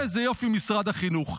איזה יופי, משרד החינוך.